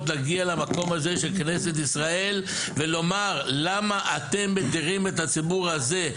להגיע למקום הזה של כנסת ישראל ולומר למה אתם מדירים את הציבור הזה?